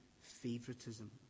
favoritism